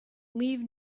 leave